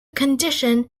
condition